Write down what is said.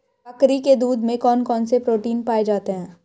बकरी के दूध में कौन कौनसे प्रोटीन पाए जाते हैं?